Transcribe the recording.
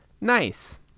nice